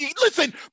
listen